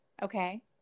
Okay